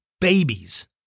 babies